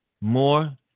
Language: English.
More